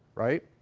right.